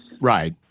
Right